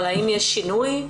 שינוי,